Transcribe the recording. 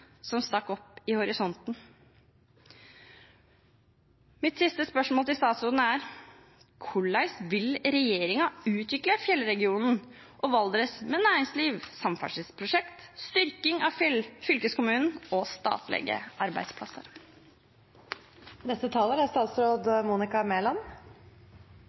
som stakk opp i horisonten.» Mitt siste spørsmål til statsråden er: Hvordan vil regjeringen utvikle fjellregionen og Valdres med næringsliv, samferdselsprosjekt, styrking av fylkeskommunen og